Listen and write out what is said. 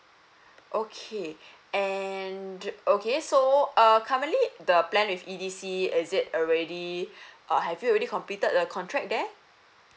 okay and okay so err currently the plan with E_D_C is it already have you already completed the contract there